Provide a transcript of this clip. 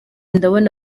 ndabona